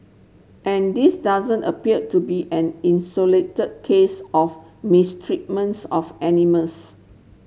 and this doesn't appear to be an case of mistreatments of animals